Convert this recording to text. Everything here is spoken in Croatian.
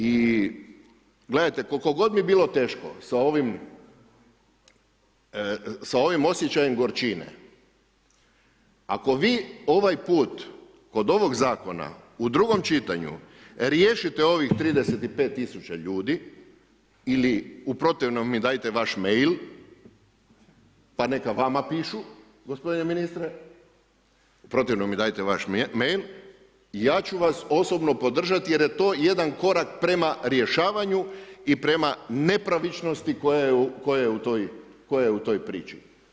I gledajte, koliko god bi bilo teško a ovim osjećajem gorčine, ako vi ovaj put kod ovog zakona u drugom čitanju, riješite ovih 35 000 ljudi ili u protivnome mi dajte vaš mail, pa neka vama pišu gospodine ministre, u protivnom mi daje vaš mail, ja ću vas osobno podržati jer je to jedan korak prema rješavanju i prema nepravičnosti koja je u toj priči.